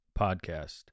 podcast